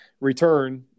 return